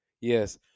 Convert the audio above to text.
Yes